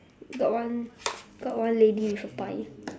got one got one lady with a pie